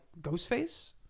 Ghostface